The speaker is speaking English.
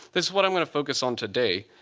this is what i'm going to focus on today.